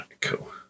Cool